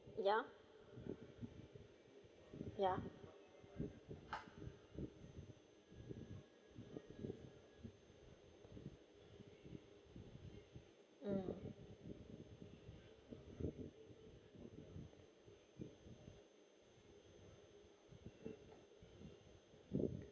ya ya um